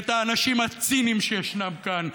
את האנשים הציניים שישנם כאן,